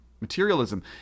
materialism